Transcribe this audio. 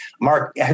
Mark